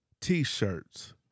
T-shirts